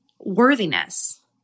worthiness